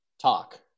talk